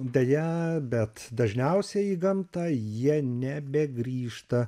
deja bet dažniausiai į gamtą jie nebegrįžta